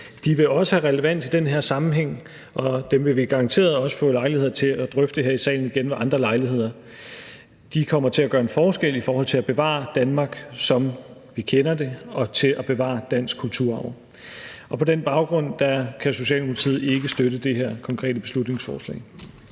De vil også have relevans i den her sammenhæng, og dem vil vi garanteret også få lejlighed til at drøfte her i salen igen ved andre lejligheder. De kommer til at gøre en forskel i forhold til at bevare Danmark, som vi kender det, og i forhold til at bevare dansk kulturarv. På den baggrund kan Socialdemokratiet ikke støtte det her konkrete beslutningsforslag.